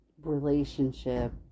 Relationship